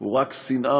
הוא רק שנאה,